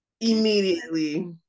immediately